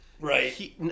Right